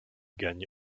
gagne